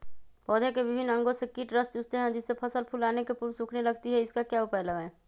पौधे के विभिन्न अंगों से कीट रस चूसते हैं जिससे फसल फूल आने के पूर्व सूखने लगती है इसका क्या उपाय लगाएं?